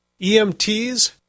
EMTs